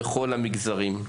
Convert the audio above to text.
בכל המגזרים.